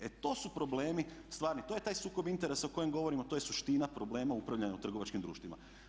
E to su problemi stvarni, to je taj sukob interesa o kojem govorim, to je suština problema u upravljanju trgovačkim društvima.